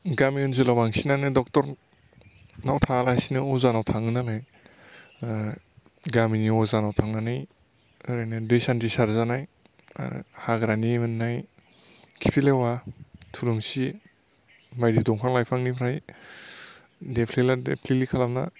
गामि ओनसोलाव बांसिनानो डक्टर नाव थाङालासिनो अजानाव थाङो नालाय गामिनि अजानाव थांनानै ओरैनो दै सान्थि सारजानाय आरो हाग्रानि मोन्नाय खिफिलिवा थुलुंसि बायदि दंफां लाइफांनिफ्राय देफ्लेला देफ्लेलि खालामना